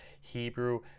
Hebrew